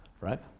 right